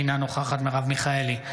אינה נוכחת מרב מיכאלי,